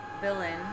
villain